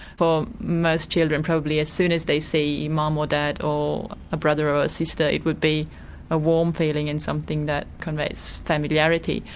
for most children probably, as soon as they see mum or dad, or a brother or a sister it would be a warm feeling and something that conveys familiarity.